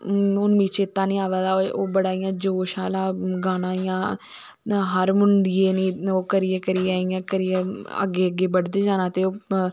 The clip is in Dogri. हुन मिगी चेता नी अवा दा बड़ा जोश आह्ला गाना इयां हर मुंडिये दी ओ करियै करियै इयां करियै अग्गे अग्गेई बड्डदे जाना ते